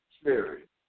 spirit